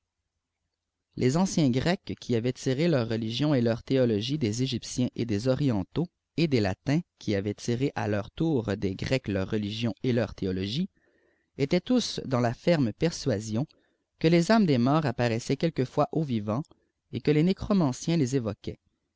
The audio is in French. les ahciéiis grecs qui avaient tiré leur rdigion et leur théolpgie des egyptiens et des orientaux et les tatins qui avaient tiré à leurtour des grecs leur religion et leur théologie étaient tous dans îa ferme persuasion que les âmes des morts apparaissauint quelquefois aux vivants et que les nécromanciens les évoquaient